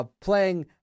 playing